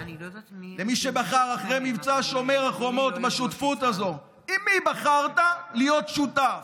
למי שבחר אחרי מבצע שומר החומות בשותפות הזו: עם מי בחרת להיות שותף?